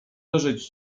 leżeć